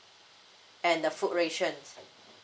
and the food ration